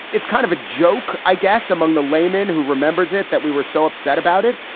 it's kind of a joke, i guess, among the layman who remembers it that we were so upset about it.